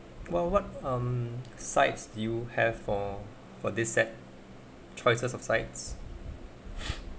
well what um sites you have for for this set choices of sides